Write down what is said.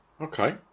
Okay